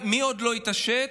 מי עוד לא התעשת?